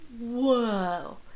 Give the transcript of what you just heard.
Whoa